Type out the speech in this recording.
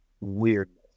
weirdness